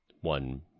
one